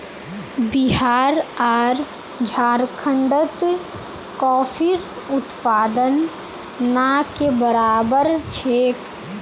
बिहार आर झारखंडत कॉफीर उत्पादन ना के बराबर छेक